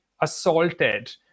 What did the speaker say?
assaulted